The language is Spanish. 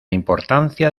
importancia